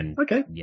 Okay